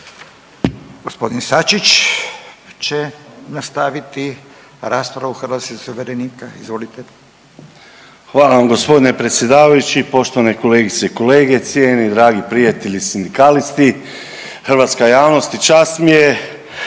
izvolite. **Sačić, Željko (Hrvatski suverenisti)** Hvala vam gospodine predsjedavajući, poštovane kolegice i kolege, cijenjeni dragi prijatelji sindikalisti, hrvatska javnosti. Čast mi je